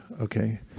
Okay